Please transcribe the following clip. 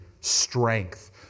strength